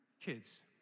kids